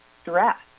stress